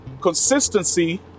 consistency